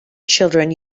children